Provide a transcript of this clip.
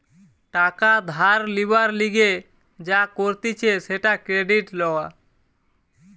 টাকা ধার লিবার লিগে যা করতিছে সেটা ক্রেডিট লওয়া